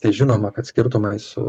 tai žinoma kad skirtumai su